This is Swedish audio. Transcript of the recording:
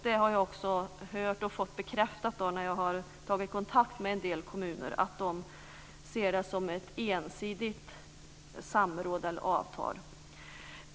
Det har jag också hört och fått bekräftat när jag har tagit kontakt med en del kommuner. De ser det som ett ensidigt samråd eller avtal.